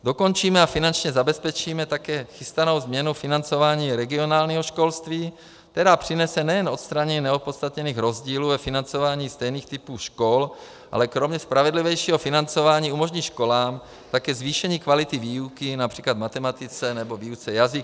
Dokončíme a finančně zabezpečíme také chystanou změnu financování regionálního školství, která přinese nejen odstranění neopodstatněných rozdílů ve financování stejných typů škol, ale kromě spravedlivějšího financování umožní školám také zvýšení kvality výuky, například v matematice nebo výuce jazyků.